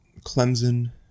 Clemson